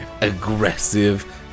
aggressive